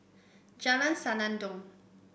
Jalan Senandong